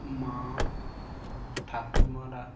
মা ঠাকুরমারা